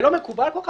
זה לא מקובל כל כך,